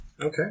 Okay